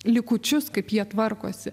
likučius kaip jie tvarkosi